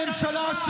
אהרן ברק חתם על,